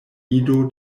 ido